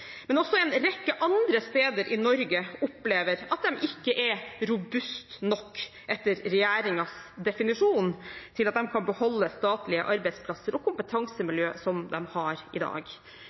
men også en rekke andre steder i Norge opplever at de etter regjeringens definisjon ikke er robuste nok til at de kan beholde statlige arbeidsplasser og kompetansemiljøer som de har i dag.